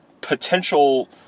potential